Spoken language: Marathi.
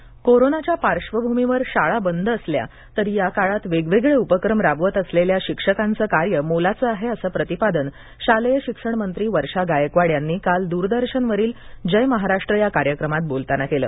शिक्षण कोरोनाच्या पार्श्वभूमीवर शाळा बंद असल्या तरी या काळात वेगवेगळे उपक्रम राबवत असलेल्या शिक्षकांचं कार्य मोलाचं आहे असं प्रतिपादन शालेय सिक्षणमंत्री वर्षा गायकवाड यांनी काल द्रदर्शनवरील जयमहाराष्ट्र या कार्यक्रमात बोलताना केलं